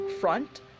front